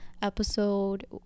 episode